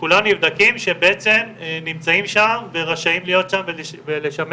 כולם נבדקים שהם בעצם נמצאים שם ורשאים להיות שם ולשמש